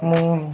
ମୁଁ